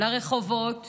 לרחובות